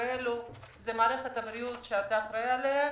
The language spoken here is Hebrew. זו מערכת הבריאות שאתה אחראי עליה,